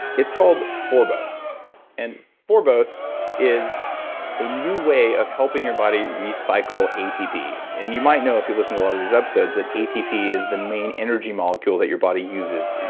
it's called forbose and forbose is a new way of helping your body recycle atp. and you might know, if you listen to one of these episodes, that atp is the main energy molecule that your body uses.